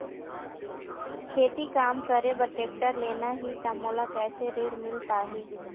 खेती काम बर टेक्टर लेना ही त मोला कैसे ऋण मिल पाही?